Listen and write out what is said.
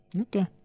Okay